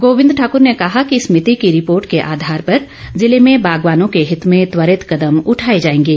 गोविंद ठाकर ने कहा कि सभिति की रिपोर्ट के आधार पर जिले में बागवानों के हित में त्वरित कदम उठाए जाएंगे